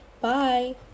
Bye